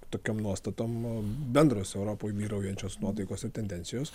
tokiom nuostatom bendros europoj vyraujančios nuotaikos ir tendencijos